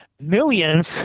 millions